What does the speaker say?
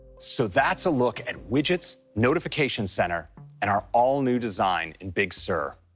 so that's a look at widgets, notification center and our all-new design in big sur.